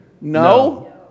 no